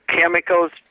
chemicals